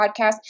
podcast